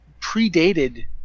predated